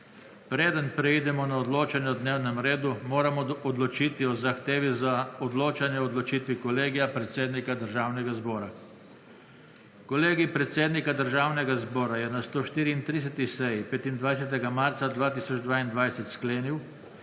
Preden preidemo na odločanje o dnevnem redu, moramo odločiti o zahtevi za odločanje o odločitvi Kolegija predsednika Državnega zbora. Kolegij predsednika Državnega zbora je na 134. seji, 25. marca 2022, sklenil,